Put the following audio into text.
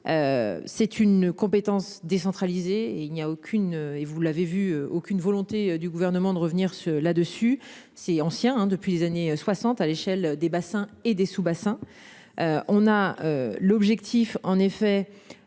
C'est une compétence décentralisée, et il n'y a aucune et vous l'avez vu aucune volonté du gouvernement de revenir se là dessus c'est ancien hein depuis les années 60 à l'échelle des bassins et des sous-bassins. On a l'objectif en effet.